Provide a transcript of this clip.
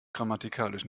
grammatikalisch